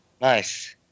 Nice